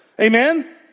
Amen